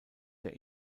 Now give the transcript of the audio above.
der